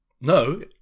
no